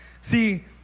See